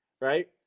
Right